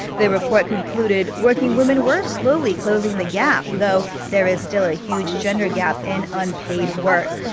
the report concluded working women were slowly closing the gap, though there is still a huge gender gap in unpaid work.